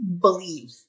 believe